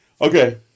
okay